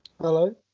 Hello